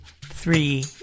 three